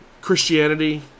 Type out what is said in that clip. Christianity